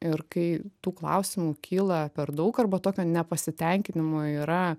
ir kai tų klausimų kyla per daug arba tokio nepasitenkinimo yra